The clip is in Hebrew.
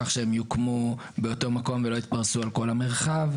כך שהן יוקמו באותו מקום ולא יתפרשו על כל המרחב.